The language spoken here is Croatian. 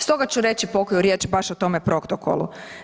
Stoga ću reći pokoju riječ baš o tome protokolu.